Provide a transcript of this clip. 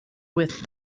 with